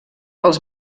els